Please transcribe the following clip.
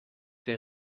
der